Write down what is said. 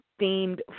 themed